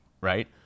right